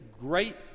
great